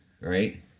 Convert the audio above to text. right